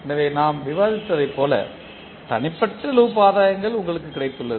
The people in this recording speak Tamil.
எனவே நாம் விவாதித்ததைப் போல தனிப்பட்ட லூப் ஆதாயங்கள் உங்களுக்கு கிடைத்துள்ளது